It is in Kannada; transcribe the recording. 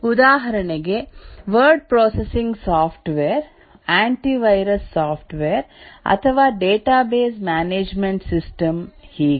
ಉದಾಹರಣೆಗೆ word processing software antivirus software ಅಥವಾ ಡೇಟಾಬೇಸ್ ಮ್ಯಾನೇಜ್ಮೆಂಟ್ ಸಿಸ್ಟಮ್ ಹೀಗೆ